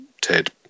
Ted